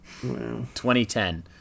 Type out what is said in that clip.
2010